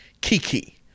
Kiki